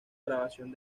grabación